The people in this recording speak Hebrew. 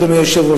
אדוני היושב-ראש,